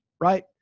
Right